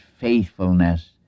faithfulness